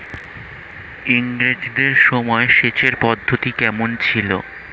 ইঙরেজদের সময় সেচের পদ্ধতি কমন ছিল?